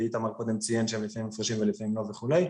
ואיתמר קודם ציין שהם לפעמים הפרשים ולפעמים לא וכו',